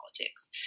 politics